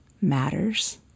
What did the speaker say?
matters